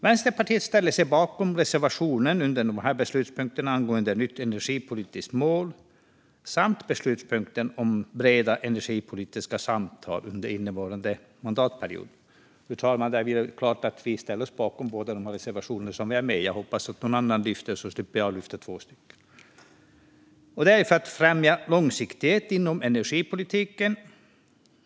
Vänsterpartiet ställer sig bakom reservationen under beslutspunkten om ett nytt energipolitiskt mål samt reservationen under beslutspunkten om breda energipolitiska samtal under innevarande mandatperiod. Jag vill alltså göra klart att vi yrkar bifall till båda de reservationer vi har i betänkandet, fru talman. Jag hoppas att någon annan lyfter den andra, så slipper jag lyfta två. Vår reservation gällande ett nytt energipolitiskt mål handlar om att främja långsiktighet inom energipolitiken.